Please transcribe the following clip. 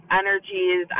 energies